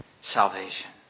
salvation